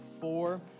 four